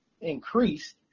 increased